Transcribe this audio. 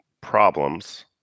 problems